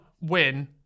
win